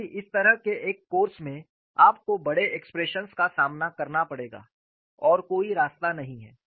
क्योंकि इस तरह के एक कोर्स में आपको बड़े एक्सप्रेशंस का सामना करना पड़ेगा और कोई रास्ता नहीं है